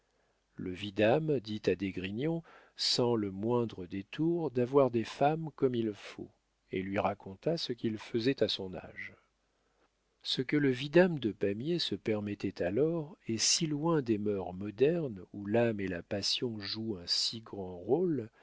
le vidame dit à d'esgrignon sans le moindre détour d'avoir des femmes comme il faut et lui raconta ce qu'il faisait à son âge ce que le vidame de pamiers se permettait alors est si loin des mœurs modernes où l'âme et la passion jouent un si grand rôle